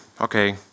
okay